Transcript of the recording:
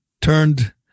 turned